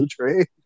trade